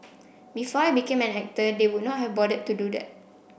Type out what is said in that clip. before I became an actor they would not have bothered to do that